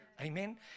Amen